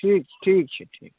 ठीक छै ठीक छै ठीक